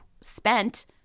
spent